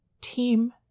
team